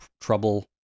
trouble